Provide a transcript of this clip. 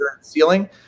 ceiling